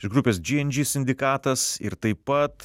iš grupės džy en džy sindikatas ir taip pat